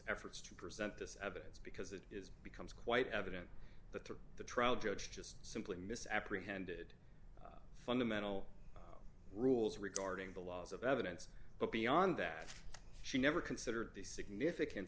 efforts to present this evidence because becomes quite evident that the trial judge just simply misapprehended fundamental rules regarding the laws of evidence but beyond that she never considered the significance